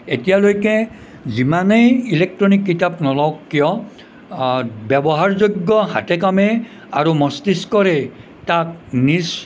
এতিয়ালৈকে যিমানেই ইলেক্ট্ৰনিক কিতাপ নোলাওক কিয় ব্য়ৱহাৰযোগ্য় হাতে কামে আৰু মস্তিষ্কৰে তাক নিজ